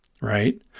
Right